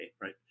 right